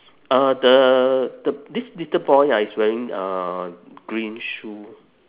uh the the this little boy ah is wearing uh green shoe